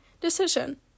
decision